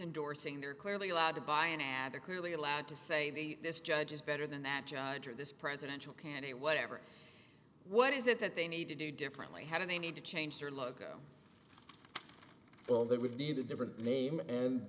indorsing they're clearly allowed to by an adequately allowed to say this judge is better than that judge or this presidential candidate whatever what is it that they need to do differently how do they need to change their logo well that would need a different name and